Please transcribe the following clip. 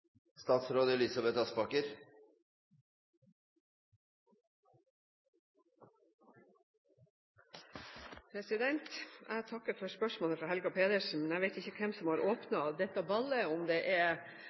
Jeg takker for spørsmålet fra Helga Pedersen. Jeg vet ikke hvem som har